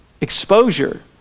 exposure